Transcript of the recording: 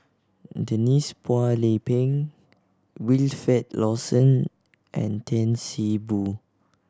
Denise Phua Lay Peng Wilfed Lawson and Tan See Boo